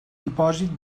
depòsit